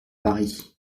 paris